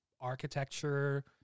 architecture